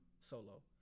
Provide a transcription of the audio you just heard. solo